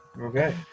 Okay